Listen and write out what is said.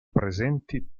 presenti